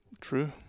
True